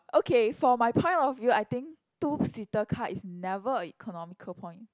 okay for my point of view I think two seater car is never a economical point